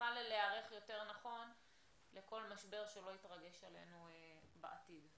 נוכל להיערך יותר נכון לכל משבר שלא יתרגש עלינו בעתיד.